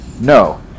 No